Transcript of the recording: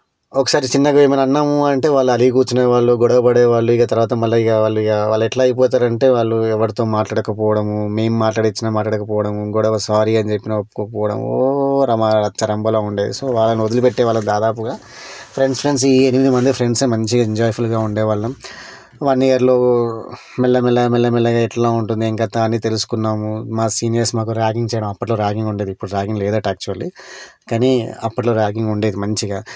ఒకసారి చిన్నగా ఏమైనా అన్నాము అంటే వాళ్ళు అలిగి కూర్చునే వాళ్ళు గొడవ పడేవాళ్ళు ఇక తరువాత మళ్ళీ ఇక వాళ్ళు ఇక వాళ్ళు ఎట్లా అయిపోతారు అంటే వాళ్ళు ఎవరితో మాట్లాడకపోవడము మేము మాట్లాడించినా మాట్లాడకపోవడము గొడవ సారీ అని చెప్పినా ఒప్పుకోకపోవడము ఓ రమా రచ్చ రంబోలా ఉండేది సో వాళ్ళను వదిలిపెట్టే వాళ్ళము దాదాపుగా ఫ్రెండ్స్ ఫ్రెండ్స్ ఈ ఎనిమిది మంది ఫ్రెండ్సే మంచిగా ఎంజాయ్ఫుల్గా ఉండేవాళ్ళము వన్ ఇయర్లో మెల్ల మెల్లగా మెల్ల మెల్లగా ఎట్లా ఉంటుంది ఏం కథ అన్నీ తెలుసుకున్నాము మా సీనియర్స్ మాకు ర్యాగింగ్ చేయడం అప్పట్లో ర్యాగింగ్ ఉండేది ఇప్పుడు ర్యాగింగ్ లేదట యాక్చువల్లీ కానీ అప్పట్లో ర్యాగింగ్ ఉండేది మంచిగా